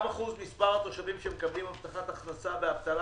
גם אחוז התושבים שמקבלים הבטחת הכנסה ואבטלה